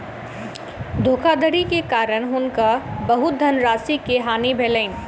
धोखाधड़ी के कारण हुनका बहुत धनराशि के हानि भेलैन